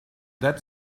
that